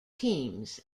teams